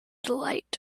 delight